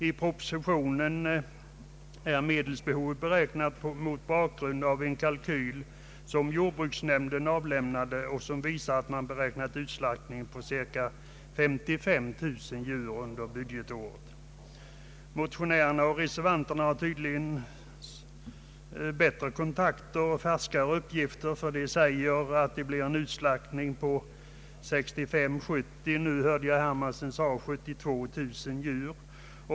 I propositionen är medelsbehovet beräknat mot bakgrund av en kalkyl från jordbruksnämnden, i vilken man beräknat utslaktningen till cirka 55 000 djur under budgetåret. Motionärerna och reservanterna har tydligen bättre kontakter och färskare uppgifter. De säger att utslaktningen kommer att bli 65 000—70 000 djur, och herr Hermansson hade en ännu färskare uppgift, nämligen 72 000 djur.